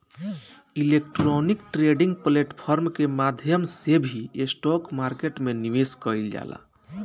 electronic trading platform के माध्यम से भी स्टॉक मार्केट में निवेश कईल जाला